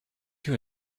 you